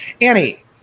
Annie